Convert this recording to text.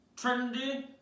trendy